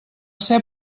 ser